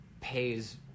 pays